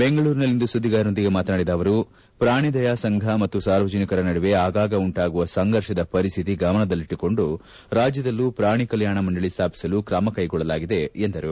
ಬೆಂಗಳೂರಿನಲ್ಲಿಂದು ಸುದ್ದಿಗಾರರೊಂದಿಗೆ ಮಾತನಾಡಿದ ಆವರು ಪೂಣಿದಯಾಸಂಘ ಮತ್ತು ಸಾರ್ವಜನಿಕರ ನಡುವೆ ಆಗಾಗ ಉಂಟಾಗುವ ಸಂಘರ್ಷದ ಪರಿಶ್ಥಿತಿ ಗಮನದಲ್ಲಿಟ್ಟುಕೊಂಡು ರಾಜ್ಯದಲ್ಲೂ ಪ್ರಾಣಿ ಕಲ್ಕಾಣ ಮಂಡಳಿ ಸ್ಥಾಪಿಸಲು ಕೈಗೊಳ್ಳಲಾಗಿದೆ ಎಂದರು